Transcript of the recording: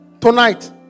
Tonight